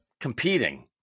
competing